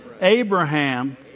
Abraham